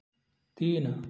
तीन